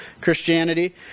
Christianity